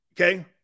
Okay